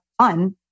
fun